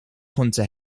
konnte